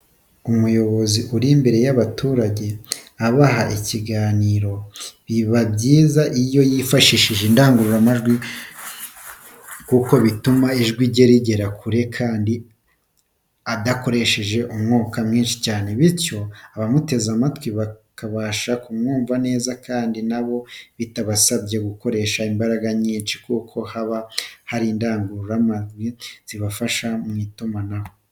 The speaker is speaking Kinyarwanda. Umuyobozi uri imbere y'abaturage abaha ikiganiro, biba byiza iyo yifashishije indangururamajwi kuko bituma ijwi rye rigera kure kandi adakoresheje umwuka mwinshi, bityo abamuteze amatwi bakabasha kumwumva neza kandi na bo bitabasabye gukoresha imbaraga nyinshi kuko haba hari indangururamajwi zibafasha mu itumanaho.